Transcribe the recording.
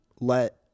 let